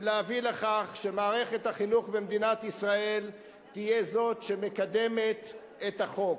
ולהביא לכך שמערכת החינוך במדינת ישראל תהיה זאת שמקדמת את החוק.